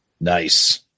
Nice